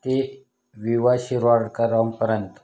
ते वि वा शिरवाडकरांपर्यंत